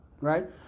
Right